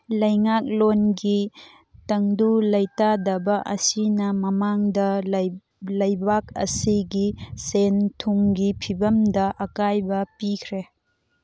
ꯂꯩꯉꯥꯛꯂꯣꯟꯒꯤ ꯇꯪꯗꯨ ꯂꯩꯇꯥꯗꯕ ꯑꯁꯤꯅ ꯃꯃꯥꯡꯗ ꯂꯩꯕꯥꯛ ꯑꯁꯤꯒꯤ ꯁꯦꯟ ꯊꯨꯝꯒꯤ ꯐꯤꯕꯝꯗ ꯑꯀꯥꯏꯕ ꯄꯤꯈ꯭ꯔꯦ